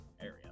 area